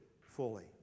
fully